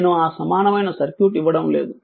నేను ఆ సమానమైన సర్క్యూట్ ఇవ్వటం లేదు